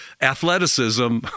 athleticism